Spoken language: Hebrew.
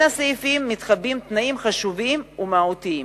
בין הסעיפים מתחבאים תנאים חשובים ומהותיים.